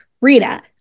Rita